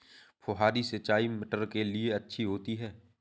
फुहारी सिंचाई मटर के लिए अच्छी होती है?